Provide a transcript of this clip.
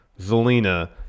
Zelina